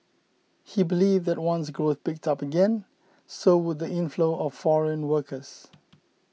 he believed that once growth picked up again so would the inflow of foreign workers